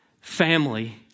family